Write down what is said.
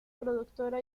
productora